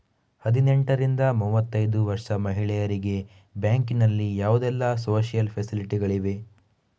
ಹದಿನೆಂಟರಿಂದ ಮೂವತ್ತೈದು ವರ್ಷ ಮಹಿಳೆಯರಿಗೆ ಬ್ಯಾಂಕಿನಲ್ಲಿ ಯಾವುದೆಲ್ಲ ಸೋಶಿಯಲ್ ಫೆಸಿಲಿಟಿ ಗಳಿವೆ?